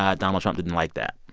ah donald trump didn't like that.